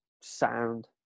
sound